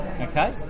Okay